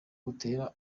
butera